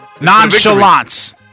Nonchalance